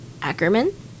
Ackerman